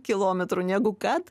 kilometrų negu kad